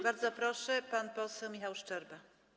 Bardzo proszę, pan poseł Michał Szczerba.